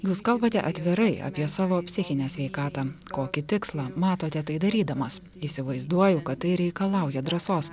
jūs kalbate atvirai apie savo psichinę sveikatą kokį tikslą matote tai darydamas įsivaizduoju kad tai reikalauja drąsos